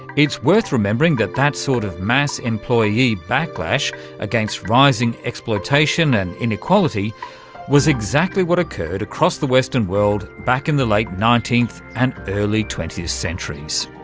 it's worth remembering that that sort of mass employee backlash against rising exploitation and inequality was exactly what occurred across the western world back in the late like nineteenth and early twentieth centuries.